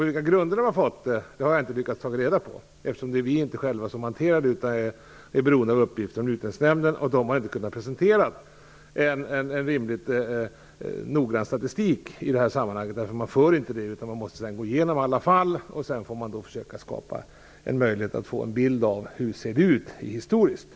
På vilka grunder de har fått det har jag inte lyckats ta reda på, eftersom det inte är vi själva som hanterar detta. Vi är beroende av uppgifter från Utlänningsnämnden, och man har därifrån inte kunnat presentera en tillräckligt noggrann statistik över detta. Man har alltså inte fört en sådan utan måste gå igenom alla fall och försöka skapa en bild av hur det ser ut rent historiskt.